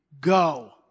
go